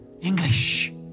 English